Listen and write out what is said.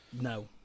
no